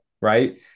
right